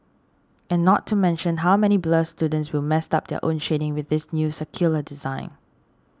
and not to mention how many blur students will mess up their own shading with this new circular design